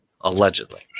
Allegedly